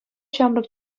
ҫамрӑк